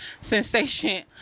sensation